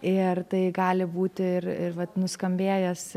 ir tai gali būt ir ir vat nuskambėjęs